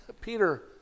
Peter